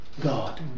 God